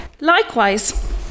Likewise